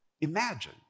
Imagine